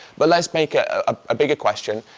but let's make a ah bigger question.